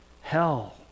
hell